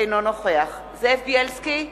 אינו נוכח זאב בילסקי,